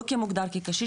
לא כמוגדר כקשיש,